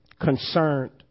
concerned